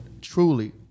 Truly